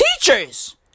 teachers